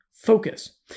Focus